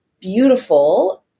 beautiful